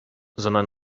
sondern